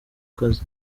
kazi